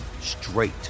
straight